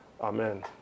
Amen